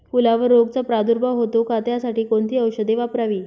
फुलावर रोगचा प्रादुर्भाव होतो का? त्यासाठी कोणती औषधे वापरावी?